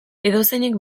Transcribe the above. edozeinek